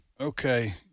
Okay